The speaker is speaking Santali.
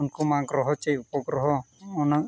ᱩᱱᱠᱩᱢᱟ ᱜᱨᱚᱦᱚ ᱪᱮ ᱩᱯᱚᱜᱨᱚᱦᱚ ᱚᱱᱟ